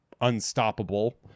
unstoppable